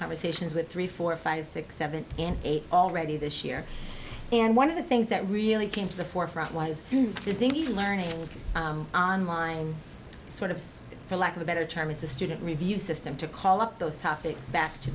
conversations with three four five six seven and eight already this year and one of the things that really came to the forefront was this even learning on line sort of for lack of a better term it's a student review system to call up those topics back to